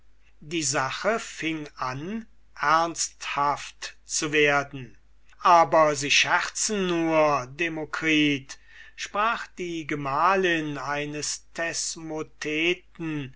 die sache fing an ernsthaft zu werden aber sie scherzen nur demokritus sprach die gemahlin eines